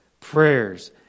prayers